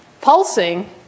pulsing